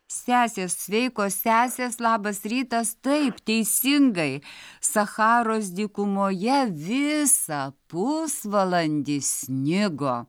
sesės sveikos sesės labas rytas taip teisingai sacharos dykumoje visą pusvalandį snigo